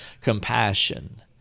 compassion